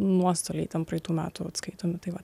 nuostoliai ten praeitų metų atskaitomi tai va